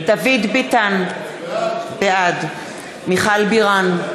ביטן, בעד מיכל בירן,